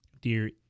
dear